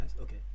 Okay